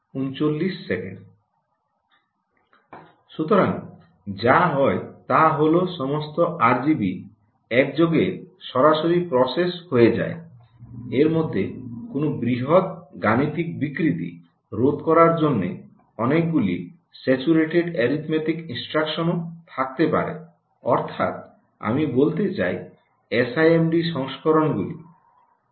সুতরাং যা হয় তা হল সমস্ত আরজিবি একযোগে সরাসরি প্রসেস হয়ে যায় এর সাথে কোনও বৃহত গাণিতিক বিকৃতি রোধ করার জন্য অনেকগুলি স্যাচুরেটেড এরিথমেটিক ইনস্ট্রাকশনসও থাকতে পারে অর্থাৎ আমি বলতে চাই এসআইএমডি সংস্করণ গুলি